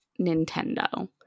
Nintendo